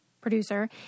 producer